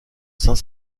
saint